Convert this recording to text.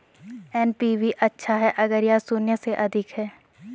NPV अच्छा है अगर यह शून्य से अधिक है